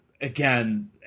again